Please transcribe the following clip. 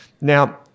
Now